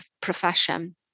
profession